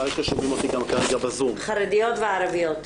חרדיות וערביות.